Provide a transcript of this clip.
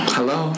Hello